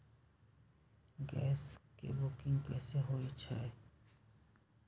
Gas के booking कैसे होईछई?